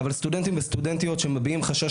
אבל סטודנטים וסטודנטיות שמביעים חשש